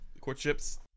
courtships